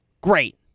Great